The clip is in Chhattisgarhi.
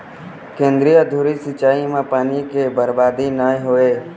केंद्रीय धुरी सिंचई म पानी के बरबादी नइ होवय